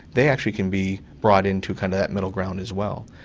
they actually can be brought into kind of that middle ground as well.